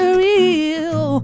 real